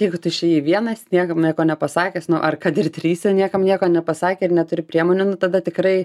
jeigu tu išėjai vienas niekam nieko nepasakęs nu ar kad ir trise niekam nieko nepasakę ir neturi priemonių nu tada tikrai